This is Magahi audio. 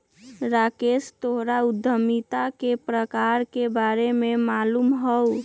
राकेश तोहरा उधमिता के प्रकार के बारे में मालूम हउ